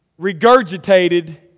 regurgitated